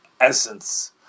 essence